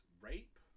rape